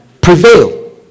prevail